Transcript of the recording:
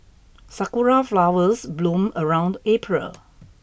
sakura flowers bloom around April